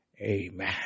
Amen